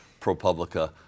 ProPublica